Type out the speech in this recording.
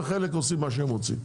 וחלק עושים מה שהם רוצים.